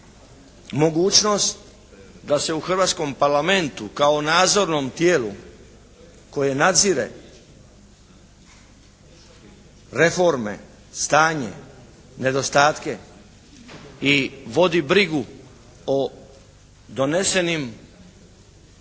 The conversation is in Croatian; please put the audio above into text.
mogućnost da se u Hrvatskom Parlamentu kao nadzornom tijelu koje nadzire reforme, stanje, nedostatke i vodi brigu o donesenim